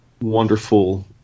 wonderful